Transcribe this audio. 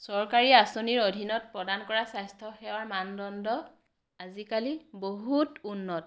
চৰকাৰী আচঁনিৰ অধীনত প্ৰদান কৰা স্বাস্থ্য সেৱাৰ মানদণ্ড আজিকালি বহুত উন্নত